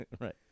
right